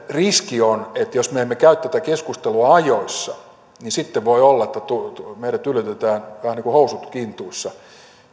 riski on että jos me me emme käy tätä keskustelua ajoissa niin sitten voi olla että meidät yllätetään vähän niin kuin housut kintuissa